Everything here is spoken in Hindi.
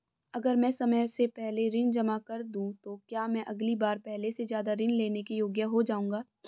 अगर मैं समय से पहले ऋण जमा कर दूं तो क्या मैं अगली बार पहले से ज़्यादा ऋण लेने के योग्य हो जाऊँगा?